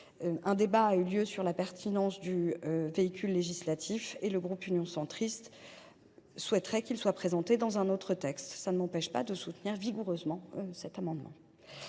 Un débat a eu lieu sur la pertinence du véhicule législatif, le groupe Union Centriste préférant qu’il figure dans un autre texte. Cela ne m’empêche pas de soutenir vigoureusement la